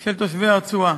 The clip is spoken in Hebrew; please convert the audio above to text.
של תושבי הרצועה.